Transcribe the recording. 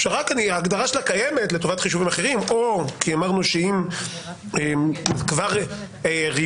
ההגדרה שלה קיימת לטובת חישובים אחרים או כי אמרנו שאם כבר ריבית